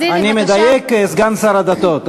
אני מדייק, סגן שר הדתות?